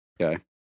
Okay